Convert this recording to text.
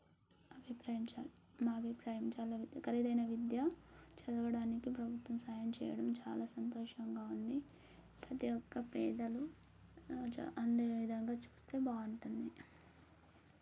మావి ప్రేంచెల్ మావి ప్రేంచెలవి ఖరీదైన విద్య చదవడానికి ప్రభుత్వం సహాయం చేయడం చాలా సంతోషంగా ఉంది ప్రతీ ఒక్క పేదలు జ అందే విధంగా చూస్తే బాగుంటుంది